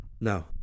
no